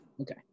Okay